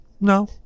No